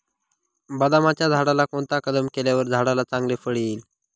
बदामाच्या झाडाला कोणता कलम केल्यावर झाडाला चांगले फळ येईल?